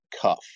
cuff